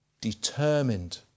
determined